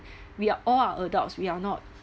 we are all are adults we're not